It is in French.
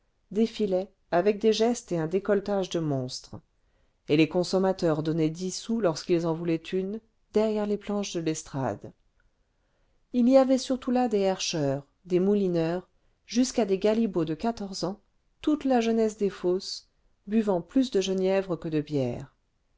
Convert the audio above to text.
défilaient avec des gestes et un décolletage de monstres et les consommateurs donnaient dix sous lorsqu'ils en voulaient une derrière les planches de l'estrade il y avait surtout là des herscheurs des moulineurs jusqu'à des galibots de quatorze ans toute la jeunesse des fosses buvant plus de genièvre que de bière